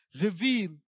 reveal